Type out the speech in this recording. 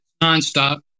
Nonstop